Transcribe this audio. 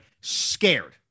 scared